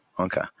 Okay